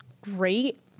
great